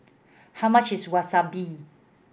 how much is Wasabi